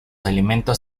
alimentos